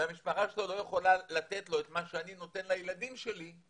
המשפחה שלו לא יכולה לתת לו את מה שאני נותן לילדים שלי,